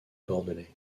bordelais